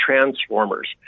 transformers